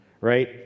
right